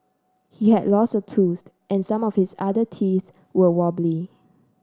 he had lost a tooth and some of his other teeth were wobbly